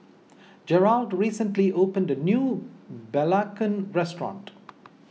Gearld recently opened a new Belacan restaurant